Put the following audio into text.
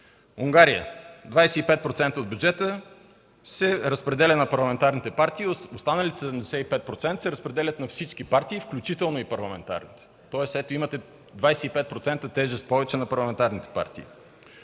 процента от бюджета се разпределя на парламентарните партии, а останалите 75% се разпределят на всички партии, включително и парламентарните. Тоест има 25% повече тежест на парламентарните партии.